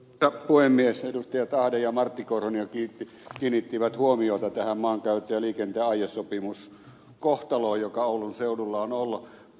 edustajat ahde ja martti korhonen jo kiinnittivät huomiota tähän maankäytön ja liikenteen aiesopimuskohtaloon joka oulun seudulla on ollut